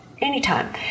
anytime